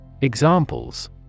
Examples